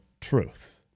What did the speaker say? truth